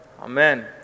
Amen